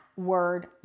word